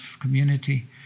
community